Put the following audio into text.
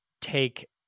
take